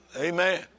Amen